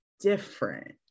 different